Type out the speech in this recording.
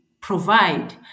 provide